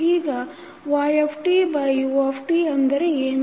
ಈಗytut ಅಂದರೆ ಏನು